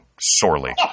Sorely